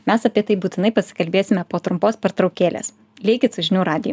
mes apie tai būtinai pasikalbėsime po trumpos pertraukėlės likit su žinių radiju